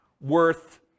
worth